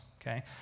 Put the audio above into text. okay